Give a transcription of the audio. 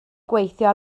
gweithio